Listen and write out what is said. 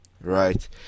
Right